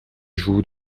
joues